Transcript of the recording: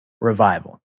revival